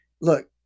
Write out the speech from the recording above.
look